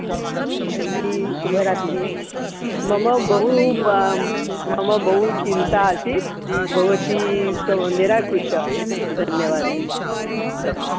आं तर्हि शुभरात्रिः मम बहु मम बहु चिन्ता आसीत् भवती सर्वं निराकृता धन्यवादः धन्या